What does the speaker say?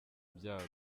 ibyago